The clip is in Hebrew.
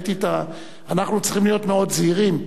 אנחנו צריכים להיות מאוד זהירים.